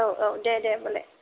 औ औ दे दे होमबालाय